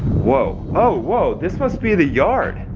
whoa. oh, whoa, this must be the yard.